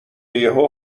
یهو